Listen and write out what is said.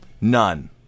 None